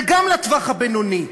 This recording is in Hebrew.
וגם לטווח הבינוני,